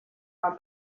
нам